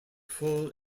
full